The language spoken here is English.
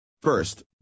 First